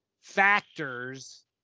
factors